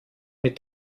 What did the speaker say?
mit